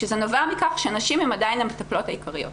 כשזה נובע מכך שנשים הן עדיין המטפלות העיקריות